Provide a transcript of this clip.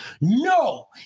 No